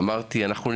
ביחד עם